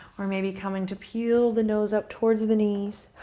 or maybe coming to peel the nose up towards the knees.